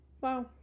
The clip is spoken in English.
Wow